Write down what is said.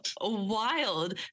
wild